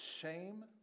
shame